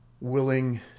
willing